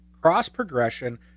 cross-progression